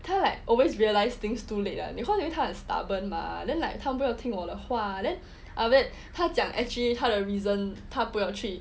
他 like always realise things too late lah cause 他有一点他很 stubborn mah then like 他不要听我的话 then after that 他讲 actually 他的 reason 他不要去